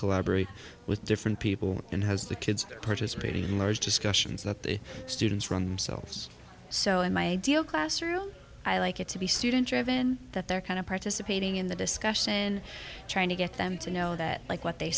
collaborate with different people and has the kids participating in large discussions that they students from sells so in my ideal classroom i like it to be student driven that they're kind of participating in the discussion trying to get them to know that like what they